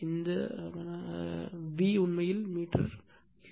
இந்த V உண்மையில் metre cube